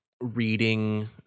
reading